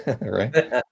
right